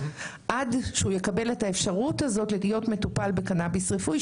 עד שהוא יקבל אפשרות להיות מטופל בקנביס רפואי.